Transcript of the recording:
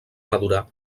madurar